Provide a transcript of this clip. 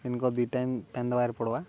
ଦିନ୍କ ଦୁଇ ଟାଇମ୍ ପାଏନ୍ ଦେବାର୍କେ ପଡ଼୍ବା